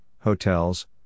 hotels